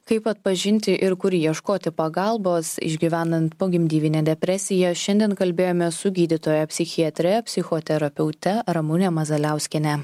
kaip atpažinti ir kur ieškoti pagalbos išgyvenant pogimdyvinę depresiją šiandien kalbėjomės su gydytoja psichiatre psichoterapeute ramune mazaliauskiene